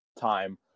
time